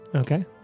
Okay